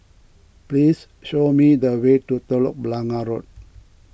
please show me the way to Telok Blangah Road